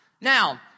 Now